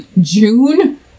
June